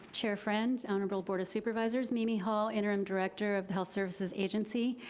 chair friend, honorable board of supervisors. mimi hall, interim director of the health services agency,